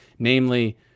Namely